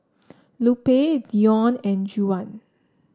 Lupe Deon and Juwan